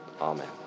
Amen